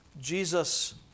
Jesus